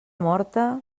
morta